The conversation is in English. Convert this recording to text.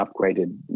upgraded